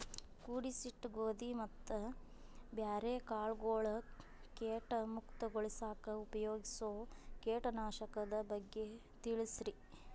ಕೂಡಿಸಿಟ್ಟ ಗೋಧಿ ಮತ್ತ ಬ್ಯಾರೆ ಕಾಳಗೊಳ್ ಕೇಟ ಮುಕ್ತಗೋಳಿಸಾಕ್ ಉಪಯೋಗಿಸೋ ಕೇಟನಾಶಕದ ಬಗ್ಗೆ ತಿಳಸ್ರಿ